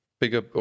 bigger